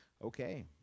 Okay